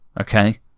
okay